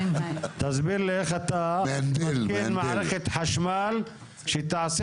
תסביר לי איך אתה מתקין מערכת חשמל שתעשה